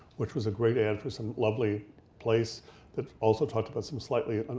which was a great ad for some lovely place that also talked about some slightly